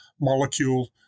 molecule